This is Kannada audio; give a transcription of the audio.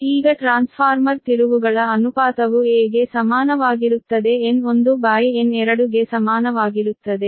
ಈಗ ಟ್ರಾನ್ಸ್ಫಾರ್ಮರ್ ತಿರುವುಗಳ ಅನುಪಾತವು a ಗೆ ಸಮಾನವಾಗಿರುತ್ತದೆ N1N2 ಗೆ ಸಮಾನವಾಗಿರುತ್ತದೆ